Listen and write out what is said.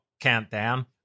countdown